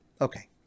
Okay